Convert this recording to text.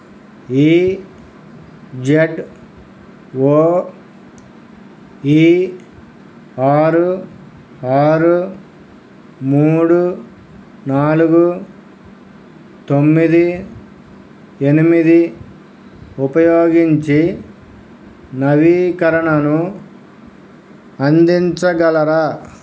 ఈ Z O E ఆరు ఆరు మూడు నాలుగు తొమ్మిది ఎనిమిది ఉపయోగించి నవీకరణను అందించగలరా